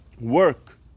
work